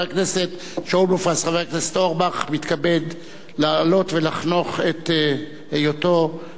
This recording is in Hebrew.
חבר הכנסת אורבך מתכבד לעלות ולחנוך את היותו סגן יושב-ראש הכנסת,